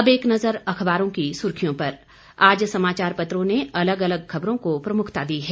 अब एक नजर अखबारों की सुर्खियों पर आज समाचार पत्रों ने अलग अलग खबरों को प्रमुखता दी है